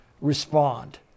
respond